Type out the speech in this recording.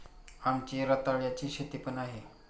आमची रताळ्याची शेती पण आहे